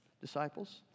disciples